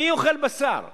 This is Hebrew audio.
מי אוכל בשר?